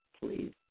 please